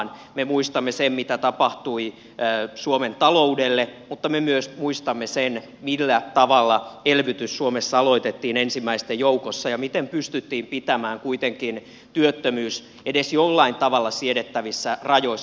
me muistamme sen mitä tapahtui suomen taloudelle mutta me myös muistamme sen millä tavalla elvytys suomessa aloitettiin ensimmäisten joukossa ja miten pystyttiin pitämään kuitenkin työttömyys edes jollain tavalla siedettävissä rajoissa